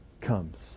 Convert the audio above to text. comes